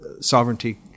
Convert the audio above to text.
sovereignty